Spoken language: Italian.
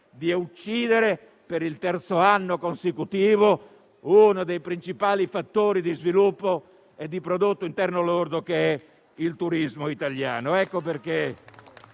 di uccidere, per il terzo anno consecutivo, uno dei principali fattori di sviluppo e di prodotto interno lordo, che è il turismo italiano.